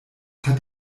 hat